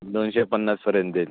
दोनशे पन्नासपर्यंत देईल